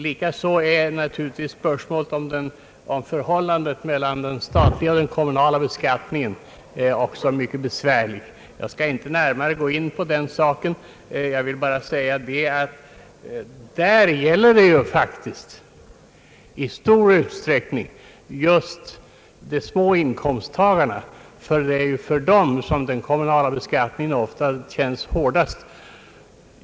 Likaså är naturligtvis spörsmålet om förhållandet mellan den statliga och den kommunala beskattningen också mycket besvärlig. Jag skall inte närmare gå in härpå, men jag vill framhålla att där gäller det i stor utsträckning just de små inkomsttagarna, ty det är ju för dem som den kommunala beskattningen ofta känns hårdast.